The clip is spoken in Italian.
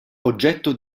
oggetto